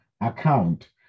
account